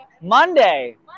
Monday